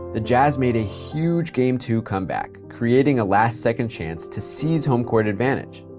the jazz made a huge game two comeback, creating a last second chance to seize home court advantage.